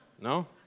No